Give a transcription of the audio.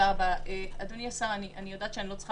אדוני השר, אני רוצה